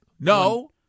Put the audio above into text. No